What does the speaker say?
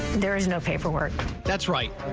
there's no paperwork that's right.